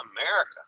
America